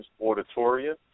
Auditorium